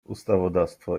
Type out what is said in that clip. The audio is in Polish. ustawodawstwo